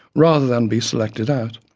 rather than be selected out?